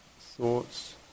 thoughts